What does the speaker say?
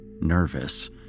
nervous